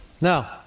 Now